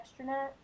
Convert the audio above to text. extranet